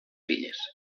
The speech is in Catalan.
filles